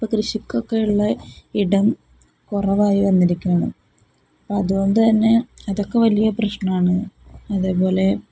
ഇപ്പം കൃഷിക്കൊക്കെ ഉള്ള ഇടം കുറവായി വന്നിരിക്കുകയാണ് അപ്പം അതുകൊണ്ട് തന്നെ അതൊക്കെ വലിയ പ്രശ്നമാണ് അതേപോലെ